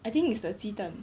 I think it's the 鸡蛋